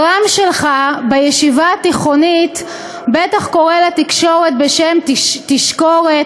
הר"מ שלך בישיבה התיכונית בטח קורא לתקשורת בשם 'תשקורת',